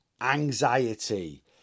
anxiety